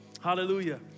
hallelujah